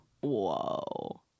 Whoa